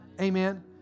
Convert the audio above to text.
Amen